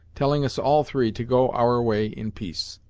telling us all three to go our way in peace?